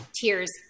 tears